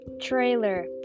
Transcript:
trailer